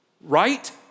Right